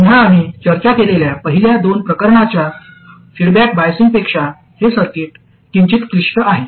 पुन्हा आम्ही चर्चा केलेल्या पहिल्या दोन प्रकारच्या फीडबॅक बायसिंगपेक्षा हे सर्किट किंचित क्लिष्ट आहे